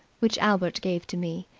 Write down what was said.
which albert gave to me.